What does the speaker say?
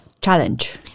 challenge